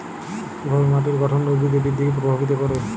কিভাবে মাটির গঠন উদ্ভিদের বৃদ্ধিকে প্রভাবিত করে?